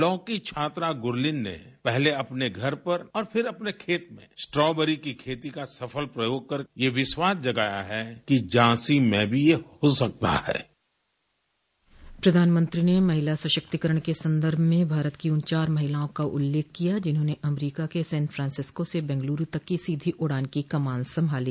law की छात्रा गुरलीन ने पहले अपने घर पर और पिफर अपने खेत में स्ट्राबेरी की खेती का सेफल प्रयोग कर ये विश्वास जगाया है कि झांसी में भी ये हो सकता है प्रधानमंत्री ने महिला सशक्तीकरण के संदर्भ में भारत की उन चार महिलाओं का उल्लेख किया जिन्होंने अमरीका के सेन फ्रांसस्किों से बेंगलुरू तक की सीधी उडान की कमान संभाली